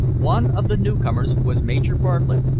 one of the newcomers was major bartlett,